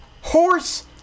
Horse